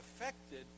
affected